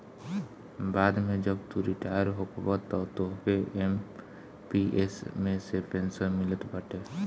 बाद में जब तू रिटायर होखबअ तअ तोहके एम.पी.एस मे से पेंशन मिलत बाटे